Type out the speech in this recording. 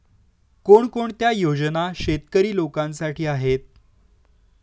कोणकोणत्या योजना शेतकरी लोकांसाठी आहेत?